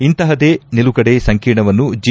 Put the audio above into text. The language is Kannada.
ಇಂತಹದೇ ನಿಲುಗಡೆ ಸಂಕೀರ್ಣವನ್ನು ಜೆ